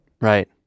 Right